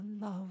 love